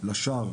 לשער,